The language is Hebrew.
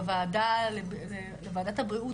בוועדת הבריאות,